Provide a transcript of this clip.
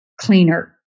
cleaner